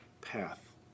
path